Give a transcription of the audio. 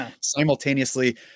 simultaneously